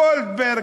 גולדברג,